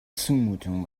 zumutung